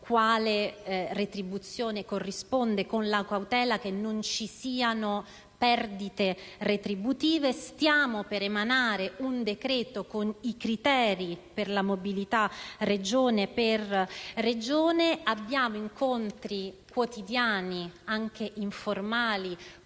quale retribuzione corrisponda, con la cautela che non ci siano perdite retributive; stiamo per emanare un decreto che contiene i criteri per la mobilità Regione per Regione; partecipiamo ad incontri quotidiani, anche informali,